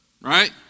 right